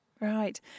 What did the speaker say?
Right